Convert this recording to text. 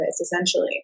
essentially